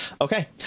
okay